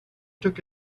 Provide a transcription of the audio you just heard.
took